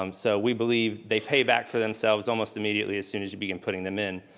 um so we believe they pay back for themselves almost immediately as soon as you begin putting them in.